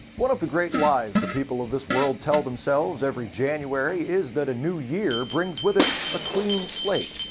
one of the great lies the people of this world tell themselves every january is that a new year brings with it a clean slate.